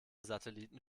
satelliten